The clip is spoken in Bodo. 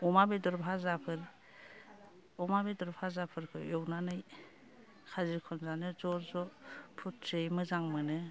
अमा बेदर भाजाफोर अमा बेदर फाजाफोरबो एवनानै खाजि खनजानो ज' ज' पुरथियै मोजां मोनो